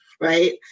right